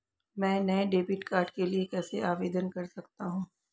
मैं नए debit card के लिए कैसे आवेदन कर सकता हूँ?